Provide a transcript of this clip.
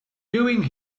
doing